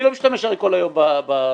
אני לא משתמש כל היום במשרד,